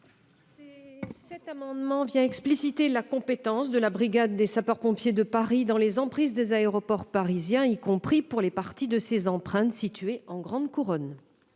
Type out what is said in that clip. amendement vise à expliciter la compétence de la brigade de sapeurs-pompiers de Paris dans les emprises des aéroports parisiens, y compris pour les parties de ces emprises situées en grande couronne.